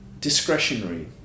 discretionary